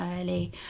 early